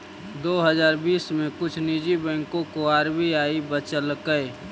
दो हजार बीस में कुछ निजी बैंकों को आर.बी.आई बचलकइ